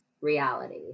reality